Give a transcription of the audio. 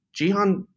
Jihan